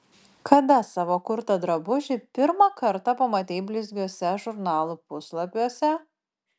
kada savo kurtą drabužį pirmą kartą pamatei blizgiuose žurnalų puslapiuose